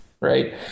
right